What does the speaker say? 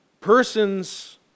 persons